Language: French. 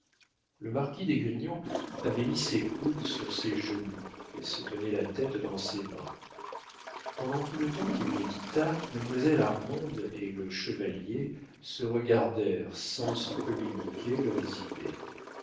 le marquis d'esgrignon avait mis ses coudes sur ses genoux et se tenait la tête dans ses mains pendant tout le temps qu'il médita mademoiselle armande et le chevalier se regardèrent sans se communiquer leurs idées